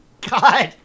God